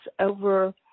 over